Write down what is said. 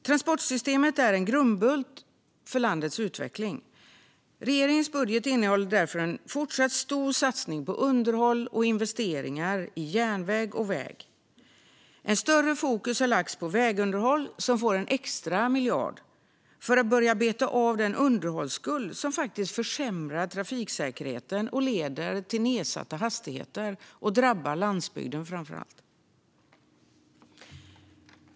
Transportsystemet är en grundbult för landets utveckling. Regeringens budget innehåller därför en fortsatt stor satsning på underhåll och investeringar i järnväg och väg. Ett större fokus har lagts på vägunderhåll, som får en extra miljard för att börja beta av den underhållsskuld som faktiskt försämrar trafiksäkerheten och leder till nedsatta hastigheter och drabbar landsbygden framför allt.